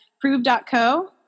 prove.co